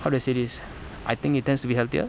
how do I say this I think it tends to be healthier